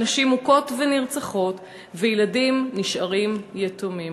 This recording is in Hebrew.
שבה נשים מוכות ונרצחות וילדים נשארים יתומים.